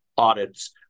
audits